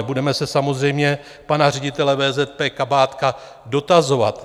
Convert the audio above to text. Budeme se samozřejmě pana ředitele VZP Kabátka dotazovat.